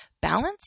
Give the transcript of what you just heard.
balance